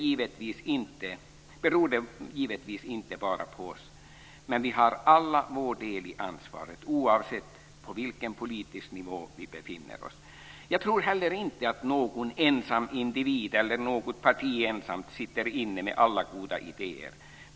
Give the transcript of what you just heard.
Men vi har alla vår del i ansvaret oavsett på vilken politisk nivå vi befinner oss. Jag tror heller inte att någon ensam individ eller något parti ensamt sitter inne med alla goda idéer.